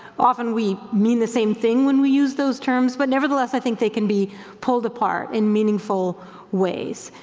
often we mean the same thing when we use those terms, but nevertheless i think they can be pulled apart in meaningful ways.